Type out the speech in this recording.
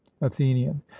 athenian